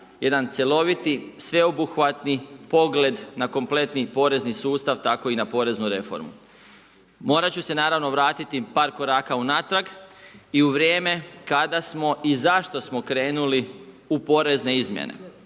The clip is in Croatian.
jedan cjeloviti, sveobuhvatni pogled na kompletni porezni sustav, tako i na poreznu reformu. Morat ću se naravno vratiti par koraka unatrag i u vrijeme kada smo i zašto smo krenuli u porezne izmjene.